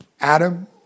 Adam